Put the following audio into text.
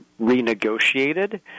renegotiated